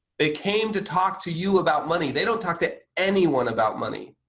they came to talk to you about money. they don't talk to anyone about money,